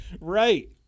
right